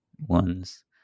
ones